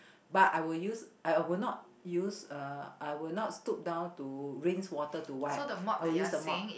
but I will use I will not use uh I would not stoop down to rinse water to wipe I will use the mop